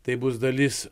tai bus dalis